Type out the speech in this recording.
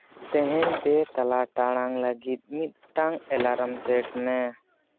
ᱛᱮᱦᱮᱧ ᱯᱮᱛᱟᱞᱟ ᱴᱟᱲᱟᱝ ᱞᱟᱹᱜᱤᱫ ᱢᱤᱫᱴᱟᱝ ᱮᱞᱟᱨᱟᱢ ᱥᱮᱴᱢᱮ